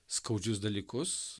skaudžius dalykus